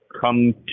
come